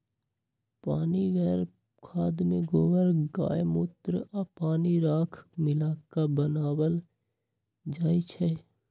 पनीगर खाद में गोबर गायमुत्र आ पानी राख मिला क बनाएल जाइ छइ